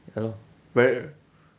ya lor very